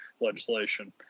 legislation